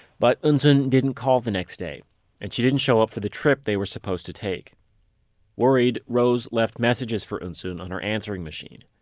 but eunsoon didn't call the next day and she didn't show up for the trip they were supposed to take worried, rose left messages for eunsoon on her answering machine.